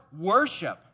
worship